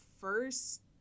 first